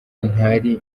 ntari